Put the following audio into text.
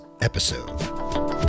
episode